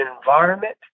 environment